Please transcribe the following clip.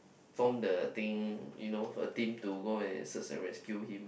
form the thing you know a team to go and search and rescue him